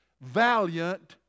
valiant